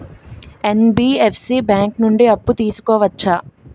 NBFC bank నుండి అప్పు తీసుకోవచ్చా?